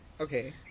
okay